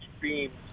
beams